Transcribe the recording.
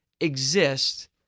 Exist